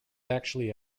actually